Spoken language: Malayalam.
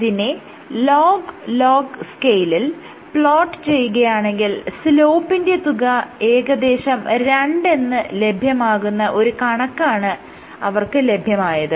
ഇതിനെ ലോഗ് ലോഗ് സ്കെയിലിൽ പ്ലോട്ട് ചെയ്യുകയാണെങ്കിൽ സ്ലോപ്പിന്റെ തുക ഏകദേശം രണ്ടെന്ന് ലഭ്യമാകുന്ന ഒരു കണക്കാണ് അവർക്ക് ലഭ്യമായത്